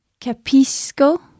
Capisco